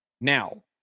Now